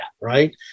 right